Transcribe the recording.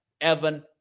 Evan